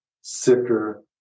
sicker